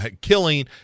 killing